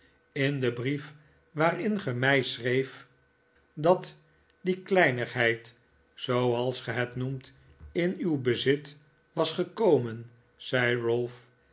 er den heelen dag onrustig over bleef peinzen dat die kleinigheid zooals gij het noemt in uw bezit was gekomen zei